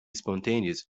spontaneous